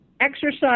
exercise